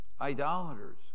idolaters